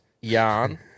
yarn